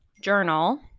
journal